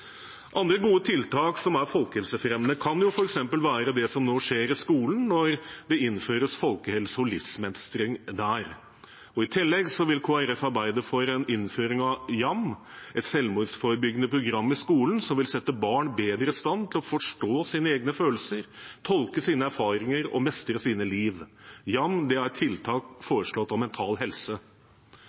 Andre gode tiltak som er folkehelsefremmende, kan f.eks. være det som nå skjer i skolen når det innføres folkehelse og livsmestring der. I tillegg vil Kristelig Folkeparti arbeide for en innføring av YAM, et selvmordsforebyggende program i skolen, som vil sette barn bedre i stand til å forstå sine egne følelser, tolke sine erfaringer og mestre sine liv. YAM er tiltak foreslått av Mental Helse.